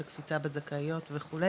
את הקפיצה בזכאיות וכו',